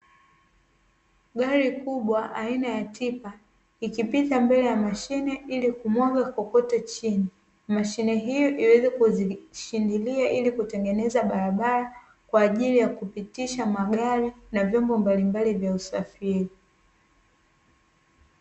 Gari kubwa aina ya tipa, ikipita mbele ya mashine ili kumwaga kokoto chini. Mashine hiyo iweze kuzishindilia ili kutengeneza barabara kwa ajili ya kupitisha magari na vyombo mbalimbali vya usafiri.